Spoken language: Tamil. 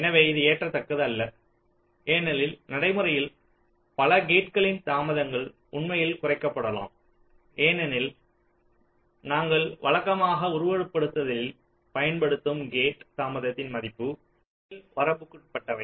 எனவே இது ஏற்கத்தக்கது அல்ல ஏனெனில் நடைமுறையில் பல கேட்களின் தாமதங்கள் உண்மையில் குறைக்கப்படலாம் ஏனெனில் நாங்கள் வழக்கமாக உருவகப்படுத்துதலில் பயன்படுத்தும் கேட் தாமதத்தின் மதிப்பு மேல் வரம்புக்குட்பட்டவை